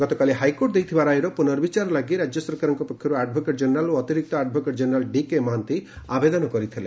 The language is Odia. ଗତକାଲି ହାଇକୋର୍ଟ ଦେଇଥିବା ରାୟର ପୁନଃବିଚାର ଲାଗି ରାଜ୍ୟ ସରକାରଙ୍କ ପକ୍ଷରୁ ଆଡ୍ଭୋକେଟ୍ ଜେନେରାଲ୍ ଓ ଅତିରିକ୍ତ ଆଡ୍ଭୋକେଟ୍ ଜେନେରାଲ୍ ଡିକେ ମହାନ୍ତି ଆବେଦନ କରିଥିଲେ